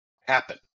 happen